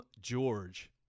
George